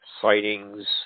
sightings